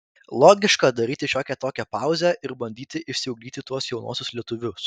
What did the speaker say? logiška daryti šiokią tokią pauzę ir bandyti išsiugdyti tuos jaunuosius lietuvius